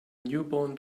newborn